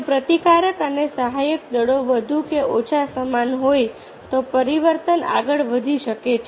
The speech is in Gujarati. જો પ્રતિકારક અને સહાયક દળો વધુ કે ઓછા સમાન હોય તો પરિવર્તન આગળ વધી શકે છે